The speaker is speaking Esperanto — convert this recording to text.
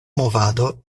movado